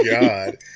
God